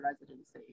residency